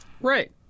Right